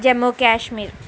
Jammu Kashmir